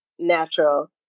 natural